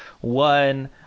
One